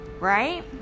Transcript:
Right